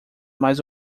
mais